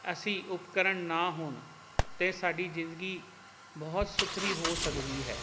ਅਸੀਂ ਉਪਕਰਨ ਨਾ ਹੋਣ ਤਾਂ ਸਾਡੀ ਜ਼ਿੰਦਗੀ ਬਹੁਤ ਸੁਥਰੀ ਹੋ ਸਕਦੀ ਹੈ